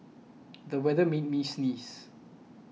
the weather made me sneeze